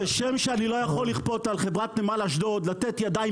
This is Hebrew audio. כשם שאני לא יכול לכפות על חברת נמל אשדוד לתת ידיים